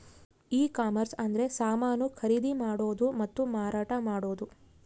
ಈ ಕಾಮರ್ಸ ಅಂದ್ರೆ ಸಮಾನ ಖರೀದಿ ಮಾಡೋದು ಮತ್ತ ಮಾರಾಟ ಮಾಡೋದು